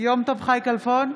חי כלפון,